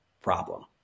problem